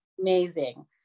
amazing